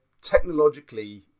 technologically